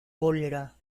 cólera